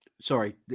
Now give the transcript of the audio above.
Sorry